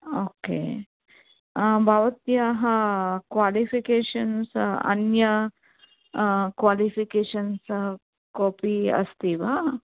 okay भवत्याः qualifications अन्य qualifications कोपि अस्ति वा